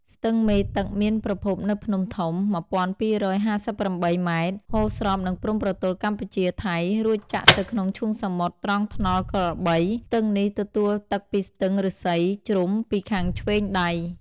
ស្ទឹងមេទឹក មានប្រភពនៅភ្នំធំ ១២៥៨ ម៉ែត្រ ហូរស្របនឹងព្រំប្រទល់កម្ពុជា-ថៃ រួចចាក់ទៅក្នុងឈូងសមុទ្រត្រង់ថ្នល់ក្របី ស្ទឹងនេះទទួលទឹកពីស្ទឹងឫស្សីជ្រុំពីខាងឆ្វេងដៃ។